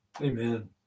Amen